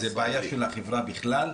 זו בעיה של החברה בכלל.